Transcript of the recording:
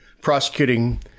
prosecuting